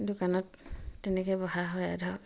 দোকানত তেনেকে বহা হয় ধৰক